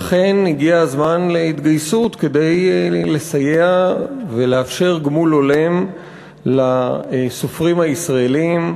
אכן הגיע הזמן להתגייסות כדי לסייע ולאפשר גמול הולם לסופרים הישראלים,